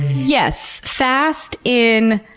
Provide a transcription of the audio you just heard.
yes. fast in